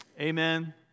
amen